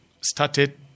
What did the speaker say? started